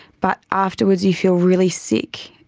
but afterwards you feel really sick,